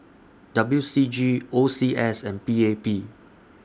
W C G O C S and P A P